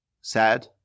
sad